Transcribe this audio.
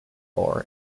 for